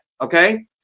Okay